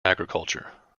agriculture